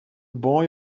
boy